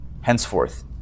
henceforth